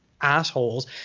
assholes